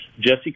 jesse